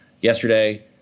yesterday